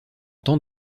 temps